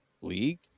league